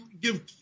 give